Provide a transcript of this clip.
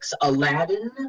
Aladdin